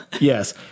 Yes